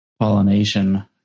pollination